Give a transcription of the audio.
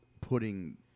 putting